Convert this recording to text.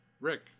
Rick